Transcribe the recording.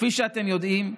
וכפי שאתם יודעים,